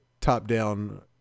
top-down